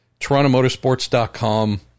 TorontoMotorsports.com